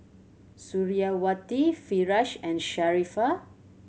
Suriawati Firash and Sharifah